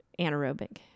anaerobic